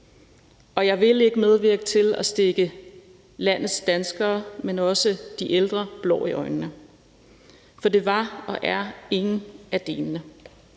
Jeg vil ikke medvirke til at stikke landets danskere, men også de ældre blår i øjnene, for det var og er ingen af delene.